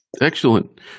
Excellent